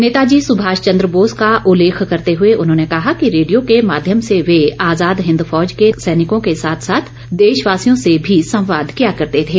नेताजी सुभाष चंद्र बोस का उल्लेख करते हुए उन्होंने कहा कि रेडियो के माध्यम से वे आज़ाद हिन्द फौज के सैनिकों के साथ साथ देशवासियों से भी संवाद किया करते थे